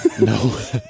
No